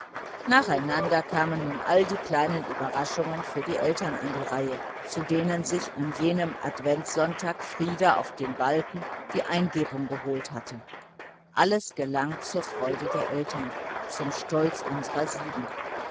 nacheinander kamen nun all die kleinen überraschungen für die eltern an die reihe zu denen sich an jenem adventsonntag frieder auf den balken die eingebung geholt hatte alles gelang zur freude der eltern zum stolz unserer sieben